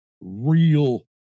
real